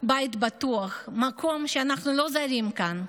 בית בטוח, מקום שאנחנו לא זרים בו,